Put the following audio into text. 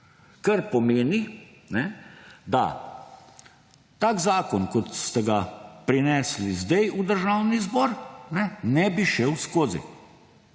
Kar pomeni, da tak zakon kot ste ga prinesli sedaj v Državni zbor ne bi šel skozi,